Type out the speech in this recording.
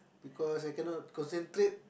because I cannot concentrate